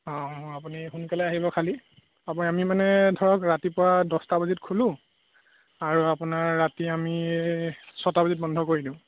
অঁ আপুনি সোনকালে আহিব খালি হ'ব আমি মানে ধৰক ৰাতিপুৱা দছটা বজাত খোলোঁ আৰু আপোনাৰ ৰাতি আমি ছটা বজাত বন্ধ কৰি দিওঁ